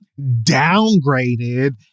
downgraded